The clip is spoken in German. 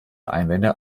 einwände